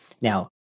Now